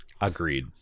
Agreed